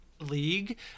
League